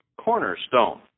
cornerstone